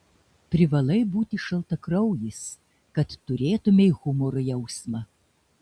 privalai būti šaltakraujis kad turėtumei humoro jausmą